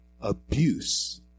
Abuse